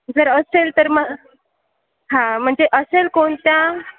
जर असेल तर मग हां म्हणजे असेल कोणत्या